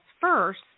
first